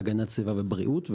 בהגנת סביבה ובריאות,